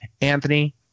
Anthony